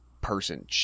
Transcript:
person